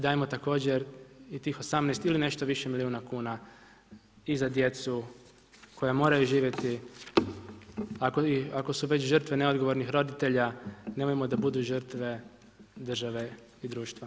Dajmo također i tih 18 ili nešto više milijuna kuna i za djecu koja moraju živjeti, ako su već žrtve neodgovornih roditelja nemojmo da budu žrtve države i društva.